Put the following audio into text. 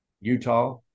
Utah